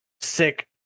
sick